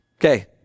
Okay